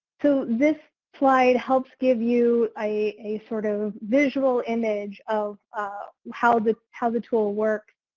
so this slide helps give you a sort of visual image of how the how the tool works.